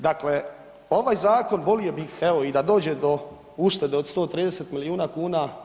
Dakle, ovaj Zakon volio bih evo i da dođe do uštede od 130 milijuna kuna.